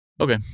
okay